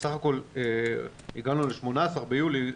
בסך הכול הגענו ל-18 ביולי,